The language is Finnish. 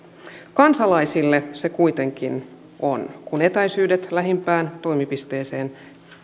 kansalaisille se kuitenkin on kun etäisyydet lähimpään toimipisteeseen